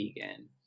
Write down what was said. vegan